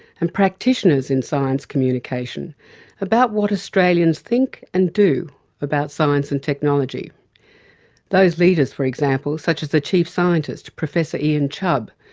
and practitioners in science communication about whataustralians think and do about science and technology those leaders for example, such as the chief scientist, professor ian chubb,